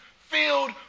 filled